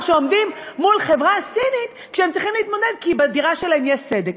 שעומדים מול חברה סינית והם צריכים להתמודד אתה כי בדירה שלהם יש סדק.